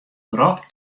brocht